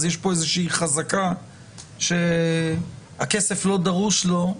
אז יש פה איזושהי חזקה שהכסף לא דרוש לו?